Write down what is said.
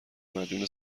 مدیون